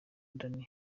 danny